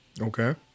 Okay